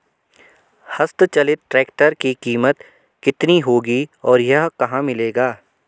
हस्त चलित ट्रैक्टर की कीमत कितनी होगी और यह कहाँ मिलेगा?